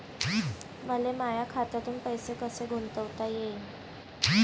मले माया खात्यातून पैसे कसे गुंतवता येईन?